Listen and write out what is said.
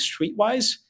streetwise